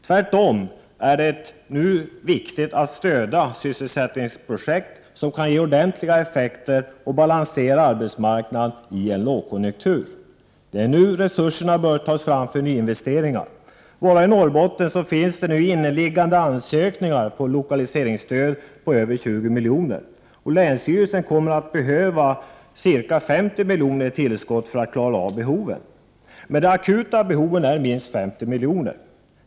Tvärtom är det nu viktigt att stödja sysselsättningsprojekt som kan ge ordentliga effekter och balansera arbetsmarknaden i en lågkonjunktur. Det är nu resurserna bör tas fram för nyinvesteringar. Bara i Norrbotten finns det inneliggande ansökningar om lokaliseringsstöd på över 20 miljoner. Länsstyrelsen kommer att behöva ca 50 miljoner i tillskott för att klara av behoven. Men det akuta behovet är minst 20 miljoner.